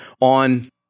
on